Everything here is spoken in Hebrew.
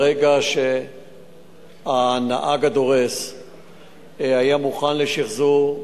ברגע שהנהג הדורס היה מוכן לשחזור,